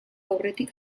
aurretik